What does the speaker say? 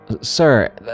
Sir